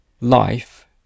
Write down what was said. life